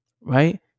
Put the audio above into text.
right